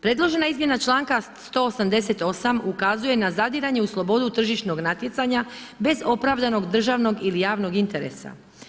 Predložena izmjena članka 188 ukazuje na zadiranje u slobodu tržišnog natjecanja bez opravdanog državnog ili javnog interesa.